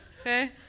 Okay